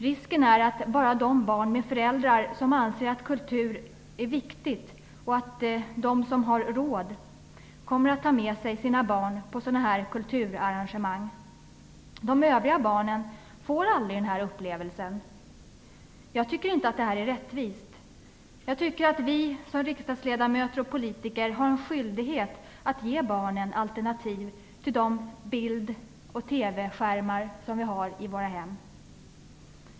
Risken är att bara de barn med föräldrar som anser att kultur är viktigt och som har råd kommer att ta med sig sina barn på sådana kulturarrangemang. De övriga barnen får aldrig denna upplevelse. Jag tycker inte att detta är rättvist. Jag tycker att vi som riksdagsledamöter och politiker har en skyldighet att ge barnen alternativ till de bild och TV-skärmar som vi har i våra hem.